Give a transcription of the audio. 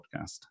podcast